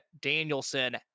Danielson